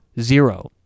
zero